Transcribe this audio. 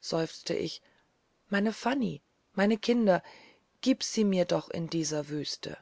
seufzte ich meine fanny meine kinder gib sie mir noch in diese wüste